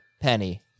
Penny